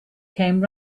came